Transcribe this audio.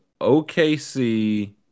OKC